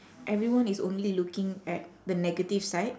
everyone is only looking at the negative side